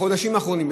בחודשים האחרונים.